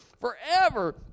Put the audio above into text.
forever